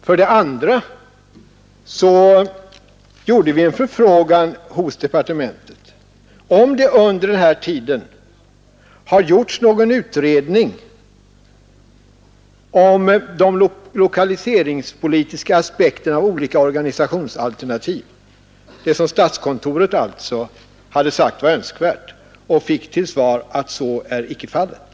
För det andra gjorde vi en förfrågan hos departementet, om det under den här tiden hade företagits någon utredning om de lokaliseringspolitiska aspekterna av olika organisationsalternativ — det som statskontoret alltså hade ansett önskvärt — och fick till svar att så icke var fallet.